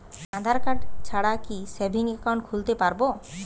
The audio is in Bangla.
আধারকার্ড ছাড়া কি সেভিংস একাউন্ট খুলতে পারব?